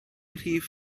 rhif